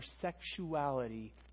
sexuality